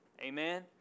Amen